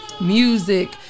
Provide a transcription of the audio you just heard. music